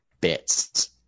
bits